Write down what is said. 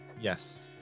yes